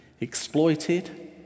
exploited